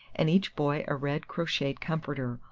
and each boy a red crocheted comforter,